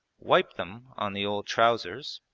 wiped them on the old trousers,